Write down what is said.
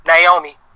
Naomi